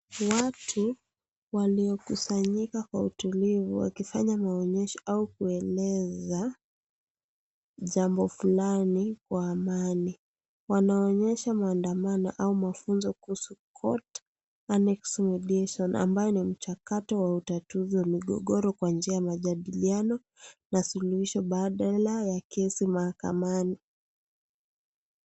Watu Waliokusanyika kwa utulivu wakifanya maonyesho au kueleza Jambo Fulani kwa amani. Wanaonyesha maandamano au mafunzo kuhusu court and ex audition ambao ni mchakato wa utatuzi wa migogoro kwa njia ya majadiliano na suluhisho badala ya kesi mahakamani.